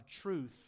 truth